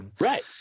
Right